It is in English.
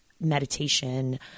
meditation